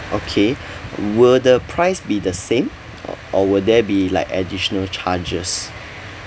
okay will the price be the same or or will there be like additional charges